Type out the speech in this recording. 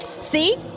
see